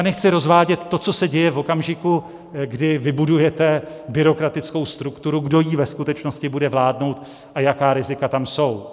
Nechci rozvádět to, co se děje v okamžiku, kdy vybudujete byrokratickou strukturu, kdo jí ve skutečnosti bude vládnout a jaká rizika tam jsou.